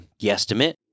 guesstimate